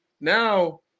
now